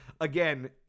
Again